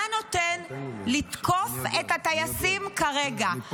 מה נותן לתקוף את הטייסים כרגע?